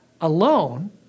alone